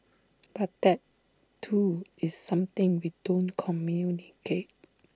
but that too is something we don't communicate